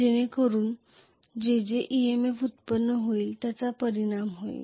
जेणेकरून जे जे EMF उत्पन्न होईल त्याचा परिणाम होईल